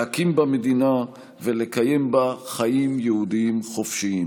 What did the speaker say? להקים בה מדינה ולקיים בה חיים יהודיים חופשיים.